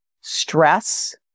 Stress